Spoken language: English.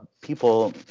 People